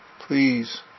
please